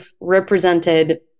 represented